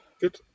Good